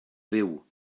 fyw